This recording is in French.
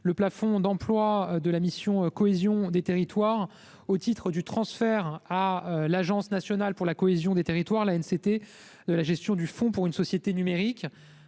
le plafond d'emplois de la mission cohésion des territoires au titre du transfert à l'Agence nationale pour la cohésion des territoires, la une, c'était de la gestion du fonds pour une société numérique